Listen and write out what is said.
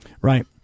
Right